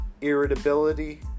irritability